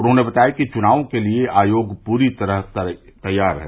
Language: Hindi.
उन्होंने बताया कि चुनावों के लिए आयोग पूरी तरह से तैयार है